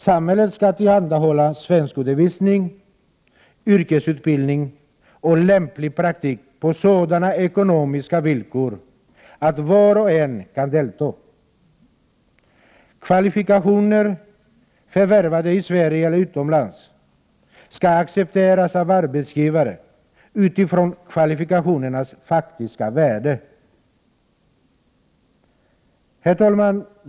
Samhället skall tillhandahålla svenskundervisning, yrkesutbildning och lämplig praktik på sådana ekonomiska villkor att var och en kan delta. Kvalifikationer förvärvade i Sverige eller utomlands skall accepteras av arbetsgivare utifrån kvalifikationernas faktiska värde. Herr talman!